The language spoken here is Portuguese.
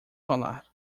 falar